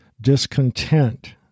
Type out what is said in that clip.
discontent